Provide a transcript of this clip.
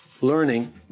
learning